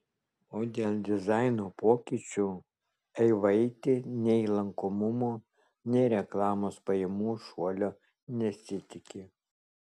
o dėl dizaino pokyčių eivaitė nei lankomumo nei reklamos pajamų šuolio nesitiki